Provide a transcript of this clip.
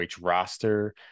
roster